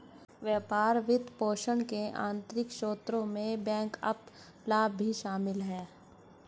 व्यापार वित्तपोषण के आंतरिक स्रोतों में बैकअप लाभ भी शामिल हैं